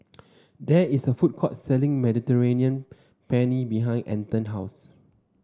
there is a food court selling Mediterranean Penne behind Anton house